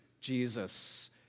Jesus